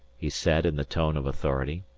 he said in the tone of authority.